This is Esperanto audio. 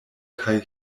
kaj